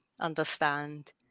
understand